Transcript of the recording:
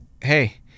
hey